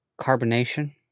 carbonation